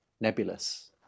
nebulous